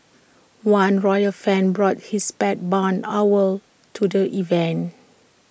one royal fan brought his pet barn owl to the event